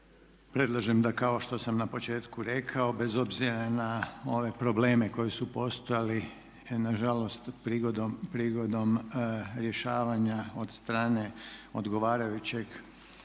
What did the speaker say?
predlažem da kao što sam na početku rekao, bez obzira na ove probleme koji su postojali na žalost prigodom rješavanja od strane odgovarajućeg